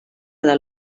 del